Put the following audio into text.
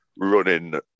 running